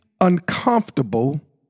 uncomfortable